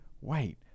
wait